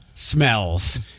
Smells